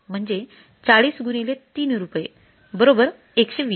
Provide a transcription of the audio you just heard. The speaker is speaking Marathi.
म्हणजे ४० गुणिले ३ रुपये बरोबर १२०